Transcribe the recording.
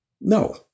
No